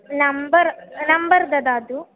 number number ददातु